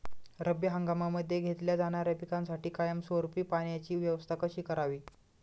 रब्बी हंगामामध्ये घेतल्या जाणाऱ्या पिकांसाठी कायमस्वरूपी पाण्याची व्यवस्था कशी करावी?